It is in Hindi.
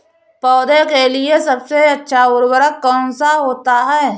पौधे के लिए सबसे अच्छा उर्वरक कौन सा होता है?